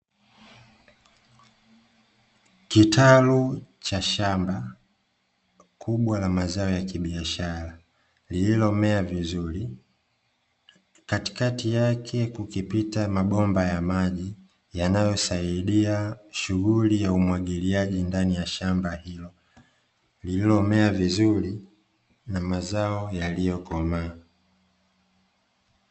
Kitalu cha shamba kubwa la mazao ya kibiashara, lililomea vizuri, katikati yake kukipita mabomba ya maji yanayosaidia shughuli ya umwagiliaji ndani ya shamba hilo lililomea vizuri na mazao yaliyokomaa.